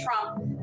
Trump